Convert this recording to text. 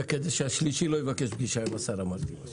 זה כדי שהשלישי לא יבקש פגישה עם השר.